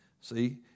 See